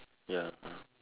ya